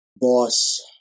boss